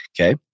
Okay